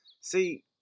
See